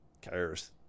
cares